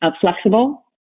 flexible